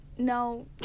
No